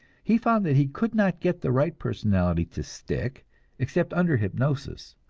he found that he could not get the right personality to stick except under hypnosis,